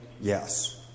yes